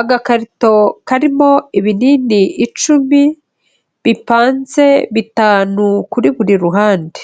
Agakarito karimo ibinini icumi, bipanze bitanu kuri buri ruhande,